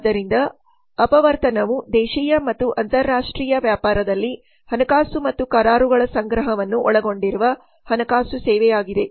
ಆದ್ದರಿಂದ ಅಪವರ್ತನವು ದೇಶೀಯ ಮತ್ತು ಅಂತರರಾಷ್ಟ್ರೀಯ ವ್ಯಾಪಾರದಲ್ಲಿ ಹಣಕಾಸು ಮತ್ತು ಕರಾರುಗಳ ಸಂಗ್ರಹವನ್ನು ಒಳಗೊಂಡಿರುವ ಹಣಕಾಸು ಸೇವೆಯಾಗಿದೆ